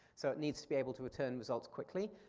so it needs to be able to return results quickly.